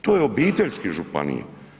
To je obiteljska županije.